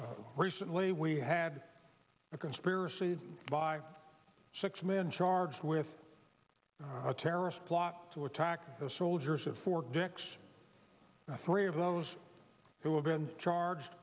of recently we had a conspiracy by six men charged with a terrorist plot to attack the soldiers at fort dix three of those who have been charged